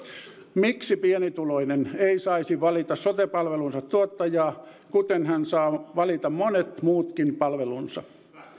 miksi pienituloinen ei saisi valita sote palvelunsa tuottajaa kuten hän saa valita monet muutkin palvelunsa